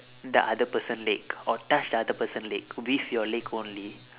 the other person leg or touch the other person leg with your leg only